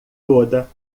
toda